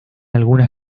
algunas